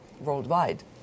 worldwide